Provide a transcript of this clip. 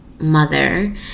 mother